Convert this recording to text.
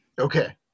okay